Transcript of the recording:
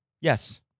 Yes